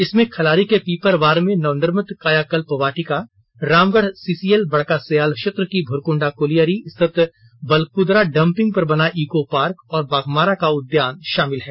इसमें खलारी के पिपरवार में नवनिर्मित कायाकल्प वाटिका रामगढ़ सीसीएल बड़का सयाल क्षेत्र की भुरक्रंडा कोलियरी स्थित बलकुदरा डंपिंग पर बना इको पार्क और बाघमारा का उद्यान शामिल है